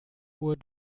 uhr